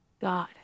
God